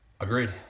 Agreed